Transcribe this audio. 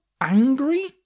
Angry